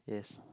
yes